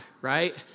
right